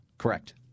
Correct